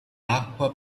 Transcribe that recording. acqua